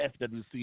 fwc